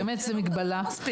באמת זה מגבלה